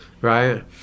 right